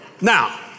Now